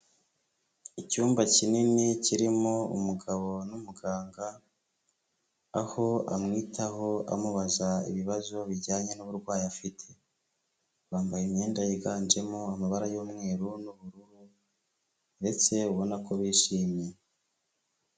Icyumba kinini kirimo umugabo n'umuganga, aho amwitaho amubaza ibibazo bijyanye n'uburwayi afite, bambaye imyenda yiganjemo amabara y'umweru n'ubururu ndetse ubona ko bishimye.